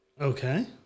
Okay